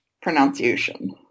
Pronunciation